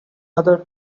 other